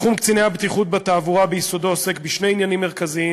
תחום קציני הבטיחות בתעבורה ביסודו עוסק בשני עניינים מרכזיים: